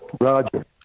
Roger